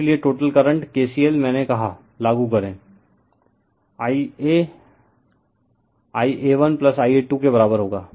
इसलिए total current K C L मैने कहा लागू करें Ia Ia1Ia2 के बराबर होगा